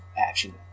action